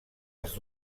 els